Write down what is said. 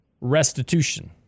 Restitution